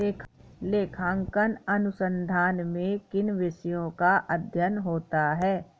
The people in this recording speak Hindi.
लेखांकन अनुसंधान में किन विषयों का अध्ययन होता है?